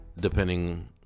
depending